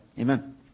Amen